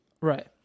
Right